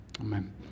Amen